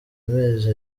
amezi